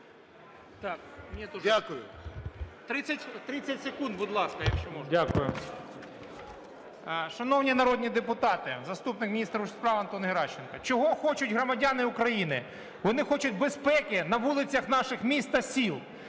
Шановні народні депутати, заступник міністра внутрішніх справ Антон Геращенко. Чого хочуть громадяни України? Вони хочуть безпеки на вулицях наших міст та сіл.